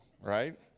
right